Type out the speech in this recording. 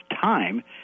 time